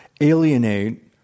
alienate